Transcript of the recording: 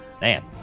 man